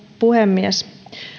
puhemies